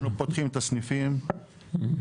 לא, אנחנו פותחים את הסניפים לכולם.